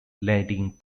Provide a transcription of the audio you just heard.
leading